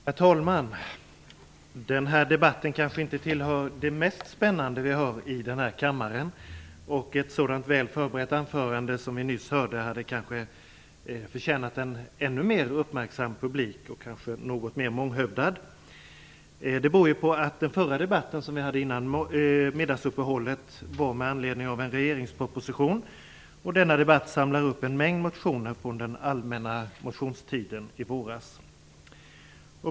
Herr talman! Den här debatten tillhör kanske inte de mest spännande i denna kammare. Ett så väl förberett anförande som vi nyss hörde hade kanske förtjänat en ännu mer uppmärksam publik och något mer månghövdad. Den debatt som vi hade före middagsuppehållet var med anledning av en regeringsproposition, medan den här debatten gäller en mängd motioner från den allmänna motionstiden i våras.